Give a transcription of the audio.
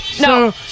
No